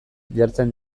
jartzen